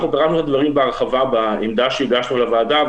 אנחנו התייחסנו לדברים בהרחבה בעמדה שהגשנו לוועדה,